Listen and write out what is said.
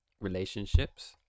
relationships